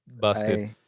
busted